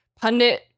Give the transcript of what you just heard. pundit